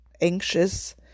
anxious